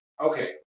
Okay